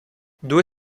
due